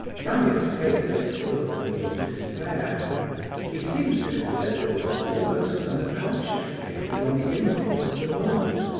gania's face was full of real despair he seemed to have said the words almost unconsciously and on the impulse of the moment.